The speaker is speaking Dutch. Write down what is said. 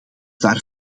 daar